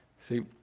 See